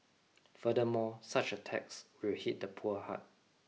furthermore such a tax will hit the poor hard